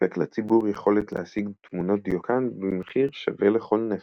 סיפק לציבור יכולת להשיג תמונות דיוקן במחיר שווה לכל נפש.